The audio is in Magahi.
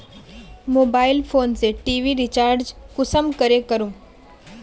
मोबाईल फोन से टी.वी रिचार्ज कुंसम करे करूम?